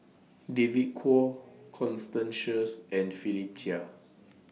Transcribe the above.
David Kwo Constance Sheares and Philip Chia